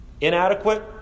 Inadequate